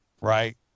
right